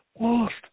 lost